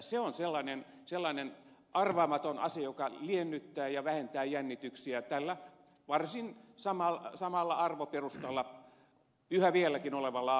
se on sellainen arvaamaton asia joka liennyttää ja vähentää jännityksiä tällä varsin samalla arvoperustalla yhä vieläkin olevalla